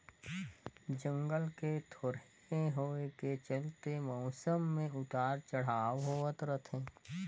जंगल के थोरहें होए के चलते मउसम मे उतर चढ़ाव होवत रथे